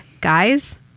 guys